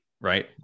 right